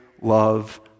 love